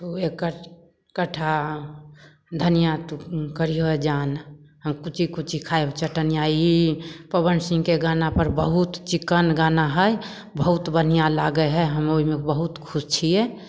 ई पवन सिंहके गानापर बहुत चिक्कन गाना हइ बहुत बढ़िआँ लागय हइ हम ओइमे बहुत खुश छियै